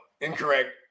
Incorrect